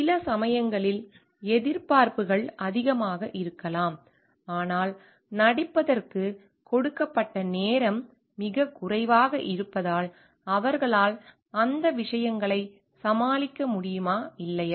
சில சமயங்களில் எதிர்பார்ப்புகள் அதிகமாக இருக்கலாம் ஆனால் நடிப்பதற்கு கொடுக்கப்பட்ட நேரம் மிகக் குறைவாக இருப்பதால் அவர்களால் அந்த விஷயங்களைச் சமாளிக்க முடியுமா இல்லையா